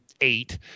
eight